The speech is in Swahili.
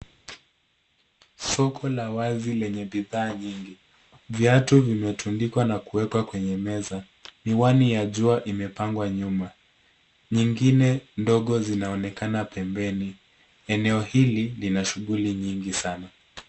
Soko la wazi lenye bidhaa nyingi, viatu vimetundikwa na kuwekwa kwenye meza. Miwani ya jua imepangwa nyuma, nyingine ndogo zinaonekana pembeni. Eneo hili lina shughuli nyingi sana.